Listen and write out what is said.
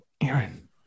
Aaron